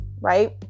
right